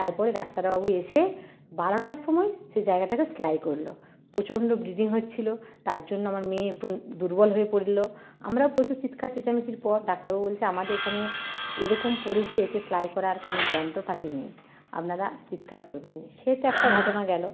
তারপরে ডাক্তারবাবু এসে বারোটার সময় সেই জায়গাটাকে সেলাই করলো প্রচণ্ড ব্লিডিং হচ্ছিল তার জন্য আমার মেয়ে একটু দুর্বল হয়ে পড়লো আমরাও প্রচুর চিৎকার চেঁচা মেচির পর ডাক্তারবাবু বলছে আমাদের এখানে এরকম পড়েছে এতে সেলাই করার কোন যন্ত্রপাতি নেই আপনারা চিৎকার করবেন না সে তো একটা ঘটনা গেল